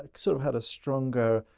like sort of had a stronger